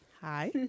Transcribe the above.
Hi